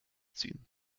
ziehen